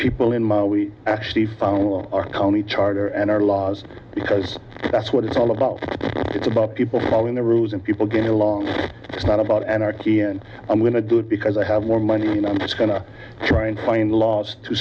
people in my we actually found all of our county charter and our laws because that's what it's all about it's about people following the rules and people get along it's not about anarchy and i'm going to do it because i have more money and i'm just going to try and find laws to